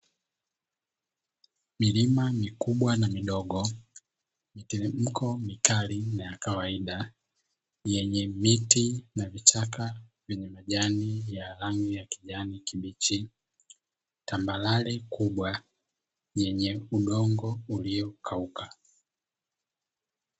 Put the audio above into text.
Milima mikubwa na midogo miteremko mikali na ya kawaida yenye miti na vichaka vyenye majani ya rangi ya kijani kibichi, tambarare kubwa yenye udongo uliokauka